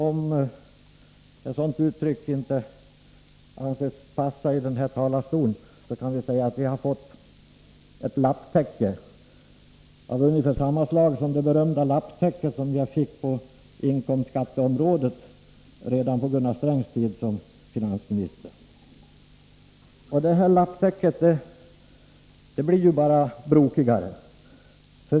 Om ett sådant uttryck inte anses passa i den här talarstolen, kan vi säga att vi fått ett lapptäcke av ungefär samma slag som det berömda lapptäcke som vi fick på inkomstskatteområdet redan på Gunnar Strängs tid som finansminister. Det här lapptäcket blir ju bara brokigare.